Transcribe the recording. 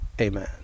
amen